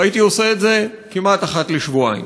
הייתי עושה את זה כמעט אחת לשבועיים.